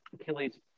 Achilles